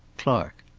clark.